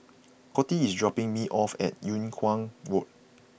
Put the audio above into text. Coty is dropping me off at Yung Kuang Road